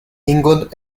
england